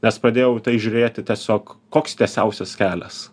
nes pradėjau į tai žiūrėti tiesiog koks tiesiausias kelias